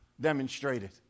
demonstrated